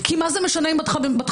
כי מה זה משנה אם את בת 50,